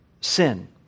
sin